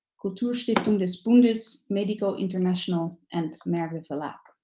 kulturstiftung des bundes, medico international, and merve verlag.